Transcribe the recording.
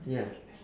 ya